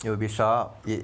it will be sharp